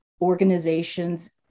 organizations